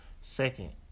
Second